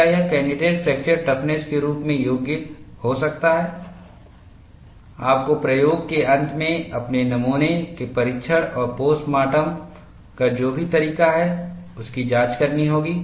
क्या यह candidate fracture toughness के रूप में योग्य हो सकता है आपको प्रयोग के अंत में अपने नमूने के परीक्षण और पोस्टमार्टम का जो भी तरीका है उसकी जाँच करनी होगी